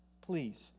please